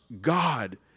God